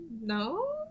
No